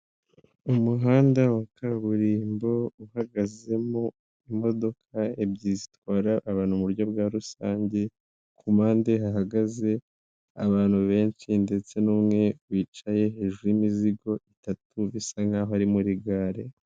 Umuhanda wa kaburimbo uhagazemo imodoka ebyiri zitwara abantu nburyo bwa rusange, ku mpande hahagaze abantu benshi ndetse n'umwe wicaye hejuru y'imizigo itatu, bisa nk'aho ari muri gare.